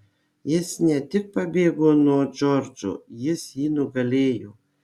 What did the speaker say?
jis ne tik pabėgo nuo džordžo jis jį nugalėjo